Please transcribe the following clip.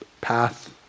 path